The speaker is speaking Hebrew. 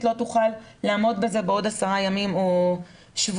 היא לא תוכל לעמוד בזה בעוד עשרה ימים או שבועיים.